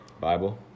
Bible